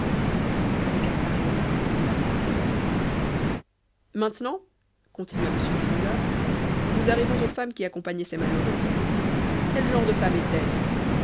avec un pareil indice et de la patience maintenant continua m segmuller nous arrivons aux femmes qui accompagnaient ces malheureux quel genre de femmes était-ce